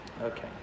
Okay